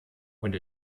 und